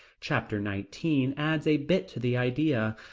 chapter nineteen adds a bit to the idea.